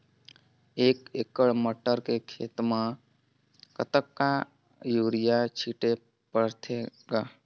एक एकड़ मटर के खेती म कतका युरिया छीचे पढ़थे ग?